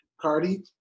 Cardi